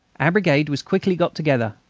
our brigade was quickly got together,